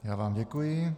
Já vám děkuji.